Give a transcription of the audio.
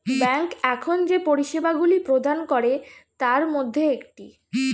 bank এখন যে পরিষেবাগুলি প্রদান করে তার মধ্যে একটি